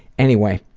anyway,